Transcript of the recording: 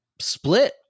split